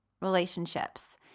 relationships